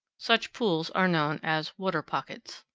such pools are known as water pockets.